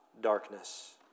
darkness